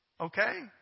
Okay